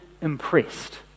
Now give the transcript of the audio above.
impressed